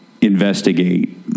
investigate